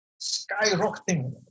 skyrocketing